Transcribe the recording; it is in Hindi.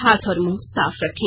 हाथ और मुंह साफ रखें